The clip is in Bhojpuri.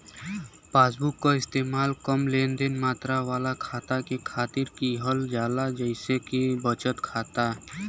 पासबुक क इस्तेमाल कम लेनदेन मात्रा वाले खाता के खातिर किहल जाला जइसे कि बचत खाता